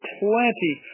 plenty